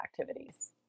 activities